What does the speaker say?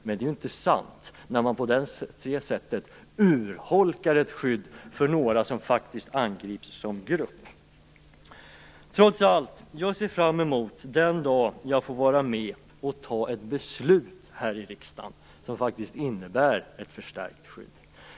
Men det är ju inte sant när man på det sättet urholkar ett skydd för några som faktiskt angrips som grupp. Jag ser trots allt fram emot den dag jag får vara med och fatta ett beslut här i riksdagen som innebär ett förstärkt skydd.